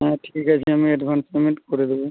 হ্যাঁ ঠিক আছে আমি অ্যাডভান্স পেমেন্ট করে দেবো